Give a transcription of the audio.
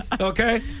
Okay